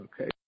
Okay